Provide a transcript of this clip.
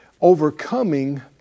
Overcoming